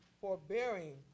forbearing